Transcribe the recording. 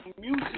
music